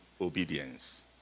obedience